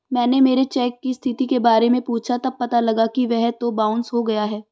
मैंने मेरे चेक की स्थिति के बारे में पूछा तब पता लगा कि वह तो बाउंस हो गया है